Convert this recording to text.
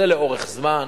לאורך זמן